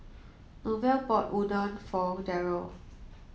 Norval bought Udon for Darrel